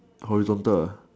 horizontal ah